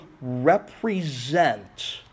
represent